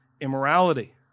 immorality